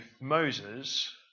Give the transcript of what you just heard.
Moses